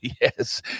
yes